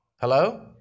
Hello